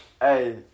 Hey